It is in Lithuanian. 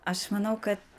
aš manau kad